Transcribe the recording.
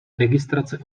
registrace